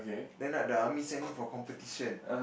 then the the army send him for competition